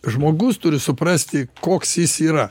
žmogus turi suprasti koks jis yra